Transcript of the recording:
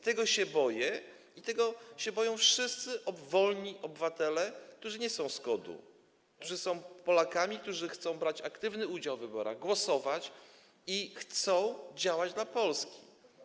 Tego się boję i tego się boją wszyscy wolni obywatele, którzy nie są z KOD-u, którzy są Polakami, którzy chcą brać aktywny udział w wyborach, głosować i działać dla Polski.